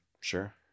Sure